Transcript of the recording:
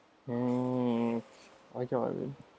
mm oh my god